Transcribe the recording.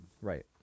Right